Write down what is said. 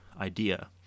idea